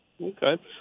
Okay